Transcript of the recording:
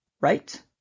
right